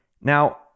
Now